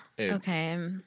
Okay